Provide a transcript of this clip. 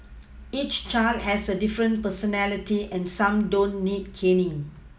each child has a different personality and some don't need caning